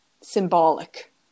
symbolic